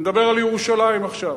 אני מדבר על ירושלים עכשיו,